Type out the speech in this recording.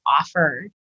offer